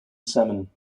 salmon